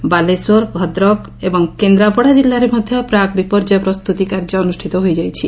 ସେହିପରି ବାଲେଶ୍ୱର ଭଦ୍ରକ ଏବଂ କେନ୍ଦ୍ରାପଡ଼ା ଜିଲ୍ଲାରେ ମଧ୍ଧ ପ୍ରାକ୍ ବିପର୍ଯ୍ୟ ପ୍ରସ୍ତୁତି କାର୍ଯ୍ୟ ଅନୁଷ୍ଷିତ ହୋଇଛି